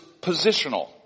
positional